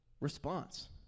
response